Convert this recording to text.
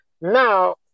Now